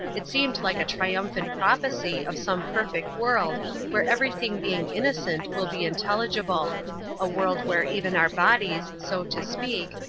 it seemed like a triumphant prophecy of some perfect world where everything being innocent will be intelligible a world where even our bodies, so to speak,